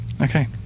Okay